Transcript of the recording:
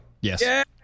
yes